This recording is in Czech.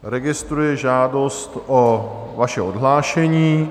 Registruji žádost o vaše odhlášení.